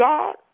God